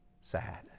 sad